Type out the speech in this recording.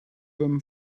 them